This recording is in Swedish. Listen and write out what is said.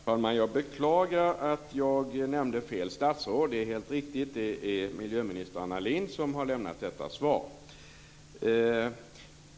Herr talman! Jag beklagar att jag nämnde fel statsråd. Det är helt riktigt, det är miljöminister Anna Lindh som har lämnat detta svar.